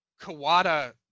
Kawada